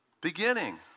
beginning